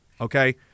okay